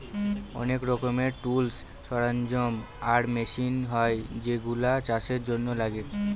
অনেক রকমের টুলস, সরঞ্জাম আর মেশিন হয় যেগুলা চাষের জন্য লাগে